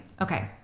Okay